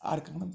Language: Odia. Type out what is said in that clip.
ଆର୍ କେ